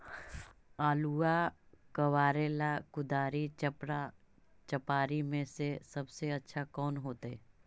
आलुआ कबारेला कुदारी, चपरा, चपारी में से सबसे अच्छा कौन होतई?